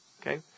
Okay